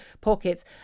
pockets